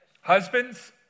Husbands